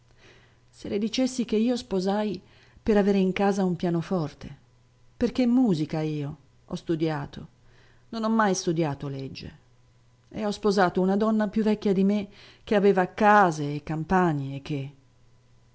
se le dicessi che io sposai per avere in casa un pianoforte perché musica io ho studiato non ho mai studiato legge e ho sposato una donna più vecchia di me che aveva case e campagne e che